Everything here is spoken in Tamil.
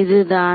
இதுதான்